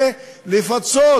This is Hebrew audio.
ולפצות.